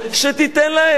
שתיתן להם.